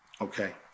Okay